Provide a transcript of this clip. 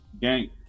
gang